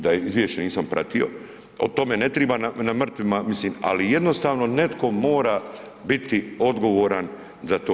Da je, izvješće nisam pratio, o tome ne triba na mrtvima mislim, ali jednostavno netko mora biti odgovoran za to.